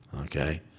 okay